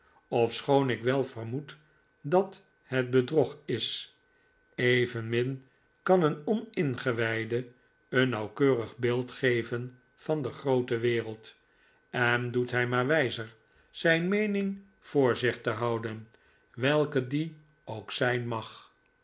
ofschoon ik wel vermoed dat het bedrog is evenmin kan een oningewijde een nauwkeurig beeld geven van de groote wereld en doet hij maar wijzer zijn meening voor zich te houden welke die ook zijn mag